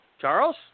Charles